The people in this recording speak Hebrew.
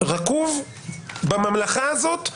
רקוב בממלכה הזאת.